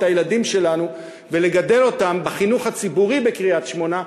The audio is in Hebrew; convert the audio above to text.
הילדים שלנו ולגדל אותם בחינוך הציבורי בקריית-שמונה,